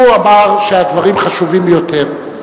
הוא אמר שהדברים חשובים ביותר.